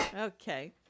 Okay